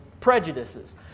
prejudices